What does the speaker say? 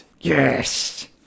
Yes